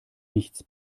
nichts